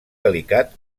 delicat